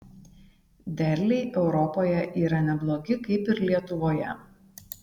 derliai europoje yra neblogi kaip ir lietuvoje